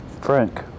Frank